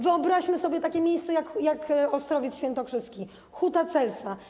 Wyobraźmy sobie takie miejsce jak Ostrowiec Świętokrzyski, huta Celsa.